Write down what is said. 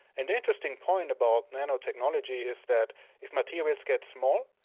and the interesting point about nanotechnology is that if materials get small,